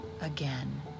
again